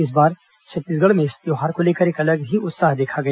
इस बार छत्तीसगढ़ में इस त्यौहार को लेकर एक अलग ही उत्साह देखा गया